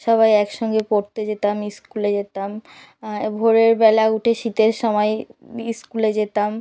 সবাই একসঙ্গে পড়তে যেতাম স্কুলে যেতাম ভোরেরবেলা উঠে শীতের সময় স্কুলে যেতাম